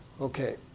Okay